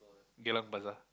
Geylang bazaar